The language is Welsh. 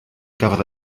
gafodd